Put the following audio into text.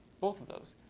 both of those.